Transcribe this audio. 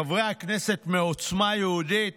חברי הכנסת מעוצמה יהודית,